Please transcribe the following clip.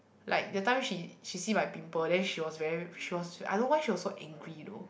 like that time she she see my pimple then she was very she was I don't know why she was so angry